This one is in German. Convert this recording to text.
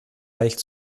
leicht